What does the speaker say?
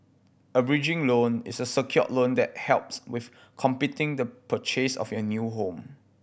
a bridging loan is a secured loan that helps with completing the purchase of your new home